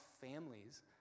families